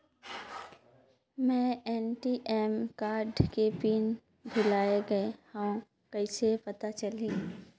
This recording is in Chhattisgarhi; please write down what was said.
मैं ए.टी.एम कारड के पिन भुलाए गे हववं कइसे पता चलही?